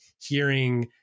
hearing